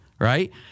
right